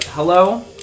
Hello